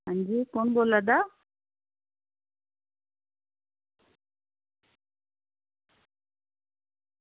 हां जी कु'न बोला दा